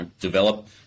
develop